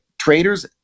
Traders